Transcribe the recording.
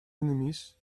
enemies